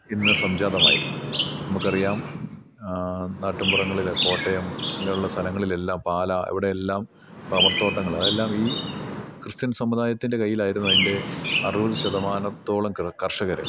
ഇന്ന് സംജാതമായി നമുക്കറിയാം നാട്ടിൻപുറങ്ങളിലെ കോട്ടയം അങ്ങനെയുള്ള സ്ഥലങ്ങളിലെല്ലാം പാല ഇവിടെയെല്ലാം റബ്ബർത്തോട്ടങ്ങൾ അതെല്ലാം ഈ ക്രിസ്ത്യൻ സമുദായത്തിൻ്റെ കയ്യിലായിരുന്നു അതിൻ്റെ അറുപതു ശതമാനത്തോളം കർഷകർ